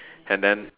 and then